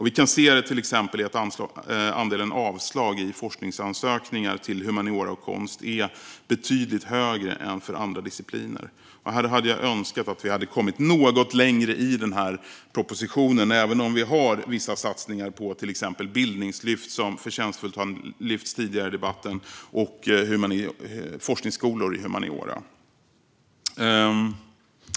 Vi kan till exempel se detta i att andelen avslag i forskningsansökningar inom humaniora och konst är betydligt större än för andra discipliner. Här hade jag önskat att vi hade kommit något längre i propositionen, även om vi gör vissa satsningar på till exempel bildningslyft - vilket förtjänstfullt har lyfts tidigare i debatten - och forskningsskolor inom humaniora.